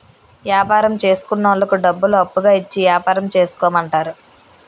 యాపారం చేసుకున్నోళ్లకు డబ్బులను అప్పుగా ఇచ్చి యాపారం చేసుకోమంటారు